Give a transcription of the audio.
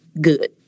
good